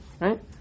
right